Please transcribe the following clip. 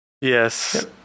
Yes